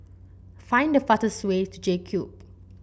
find the farts way to J Cube